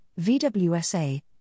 VWSA